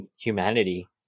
humanity